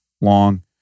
long